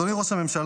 אדוני ראש הממשלה,